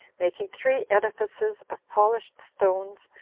making three edifices of polished stones,